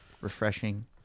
refreshing